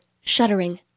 shuddering